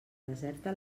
deserta